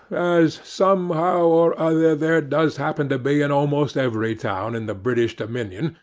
as somehow or other there does happen to be, in almost every town in the british dominions,